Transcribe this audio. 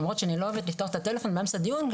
למרות שאני לא אוהבת לפתוח את הטלפון באמצע דיון,